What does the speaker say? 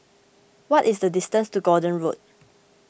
what is the distance to Gordon Road